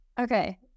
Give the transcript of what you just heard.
Okay